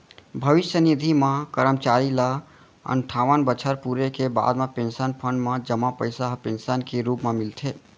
भविस्य निधि म करमचारी ल अनठावन बछर पूरे के बाद म पेंसन फंड म जमा पइसा ह पेंसन के रूप म मिलथे